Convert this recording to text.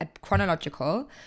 chronological